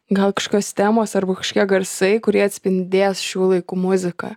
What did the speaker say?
gal kažkokios temos arba kažkokie garsai kurie atspindės šių laikų muziką